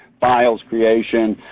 files creation,